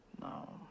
No